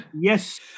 Yes